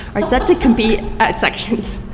are set to compete at sections.